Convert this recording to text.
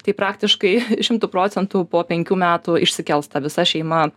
tai praktiškai šimtu procentų po penkių metų išsikels ta visa šeima